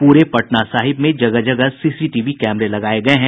पूरे पटना साहिब में जगह जगह सीसीटीवी कैमरे लगाये गये हैं